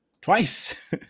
twice